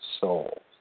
soul